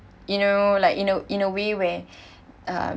you know like you know in a way where um